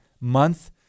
month